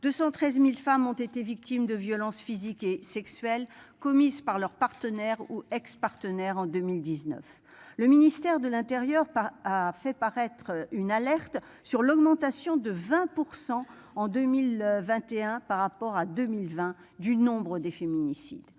113.000 femmes ont été victimes de violences physiques et sexuelles commises par leur partenaire ou ex-partenaire en 2019. Le ministère de l'Intérieur par a fait paraître une alerte sur l'augmentation de 20% en 2021 par rapport à 2020 du nombre des féminicides